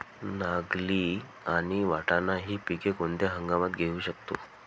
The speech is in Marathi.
नागली आणि वाटाणा हि पिके कोणत्या हंगामात घेऊ शकतो?